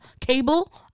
cable